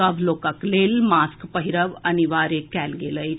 सभ लोकक लेल मास्क पहिरब अनिवार्य कयल गेल अछि